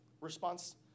response